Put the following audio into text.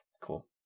Cool